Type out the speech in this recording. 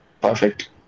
Perfect